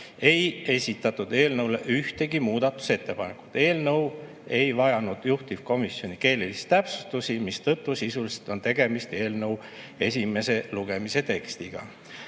ei esitatud eelnõu kohta ühtegi muudatusettepanekut. Eelnõu ei vajanud juhtivkomisjoni keelelisi täpsustusi, mistõttu sisuliselt on tegemist eelnõu esimese lugemise tekstiga.